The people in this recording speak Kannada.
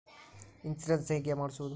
ಇನ್ಶೂರೆನ್ಸ್ ಹೇಗೆ ಮಾಡಿಸುವುದು?